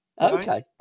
Okay